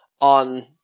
on